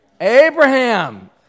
Abraham